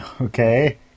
Okay